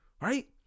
right